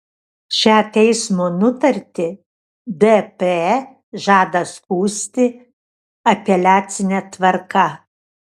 šią teismo nutartį dp žada skųsti apeliacine tvarka